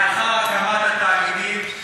לאחר הקמת התאגידים,